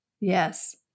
yes